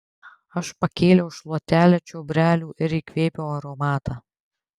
aš pakėliau šluotelę čiobrelių ir įkvėpiau aromatą